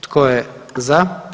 Tko je za?